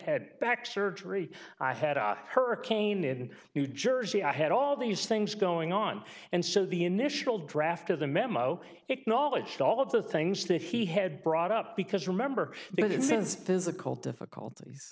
had back surgery i had a hurricane in new jersey i had all these things going on and so the initial draft of the memo acknowledged all of the things that he had brought up because remember they did since physical difficulties